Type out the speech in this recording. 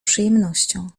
przyjemnością